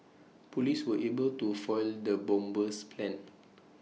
Police were able to foil the bomber's plans